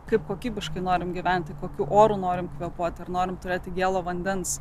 kaip kokybiškai norime gyventi kokiu oru norim kvėpuoti ar norim turėti gėlo vandens